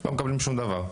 לא מקבלים שום דבר.